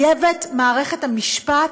מערכת המשפט,